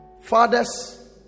fathers